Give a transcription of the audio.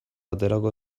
aterako